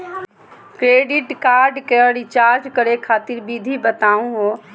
Credit card क recharge करै खातिर विधि बताहु हो?